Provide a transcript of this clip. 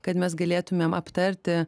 kad mes galėtumėm aptarti